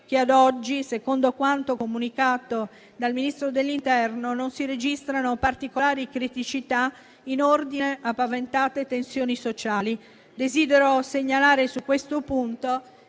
che ad oggi, secondo quanto comunicato dal Ministro dell'interno, non si registrano particolari criticità in ordine a paventate tensioni sociali. Desidero segnalare su questo punto